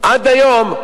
עד היום,